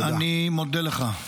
אני מודה לך.